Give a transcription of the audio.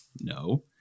No